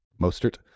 Mostert